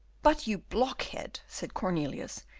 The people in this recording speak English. but, you blockhead, said cornelius,